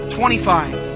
twenty-five